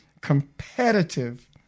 competitive